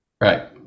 Right